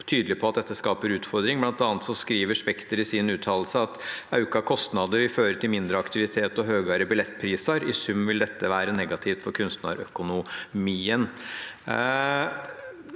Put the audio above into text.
var tydelige på at dette skaper utfordringer. Blant annet skriver Spekter i sin uttalelse: «Auka kostnader vil føre til mindre aktivitet og høgare billetprisar. (…) I sum vil det vere negativt for kunstnarøkonomien.»